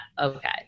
okay